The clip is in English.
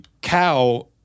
cow